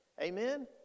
Amen